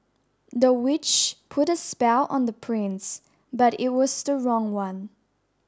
the witch put a spell on the prince but it was the wrong one